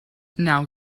now